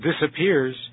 disappears